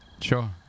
sure